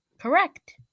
Correct